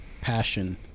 passion